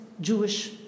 Jewish